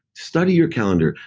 study your calendar.